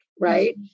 right